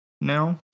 now